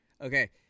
Okay